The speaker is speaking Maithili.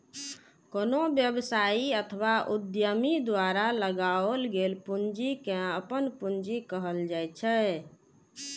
कोनो व्यवसायी अथवा उद्यमी द्वारा लगाओल गेल पूंजी कें अपन पूंजी कहल जाइ छै